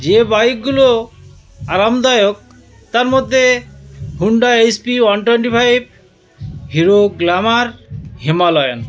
যে বাইকগুলো আরামদায়ক তার মদ্যে Honda S P one twenty five Hero Glamour Himalayan